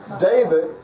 David